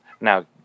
Now